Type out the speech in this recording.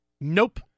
Nope